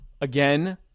again